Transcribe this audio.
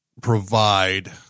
provide